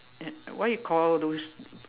uh what you call those